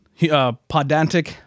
Podantic